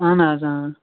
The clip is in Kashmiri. اَہَن حظ